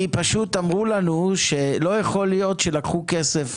כי פשוט אמרו לנו שלא יכול להיות שלקחו כסף